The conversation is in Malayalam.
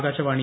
ആകാശവാണി